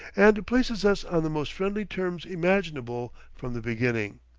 and places us on the most friendly terms imaginable from the beginning.